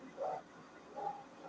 విత్తన శుద్ధి అంటే ఏంటి?